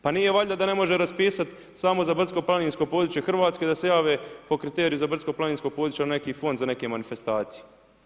Pa nije valjda da ne može raspisati samo za brdsko-planinsko područje Hrvatske da se jave po kriteriju za brdsko-planinsko područje u neki fond za neke manifestacije.